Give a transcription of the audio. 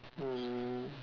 um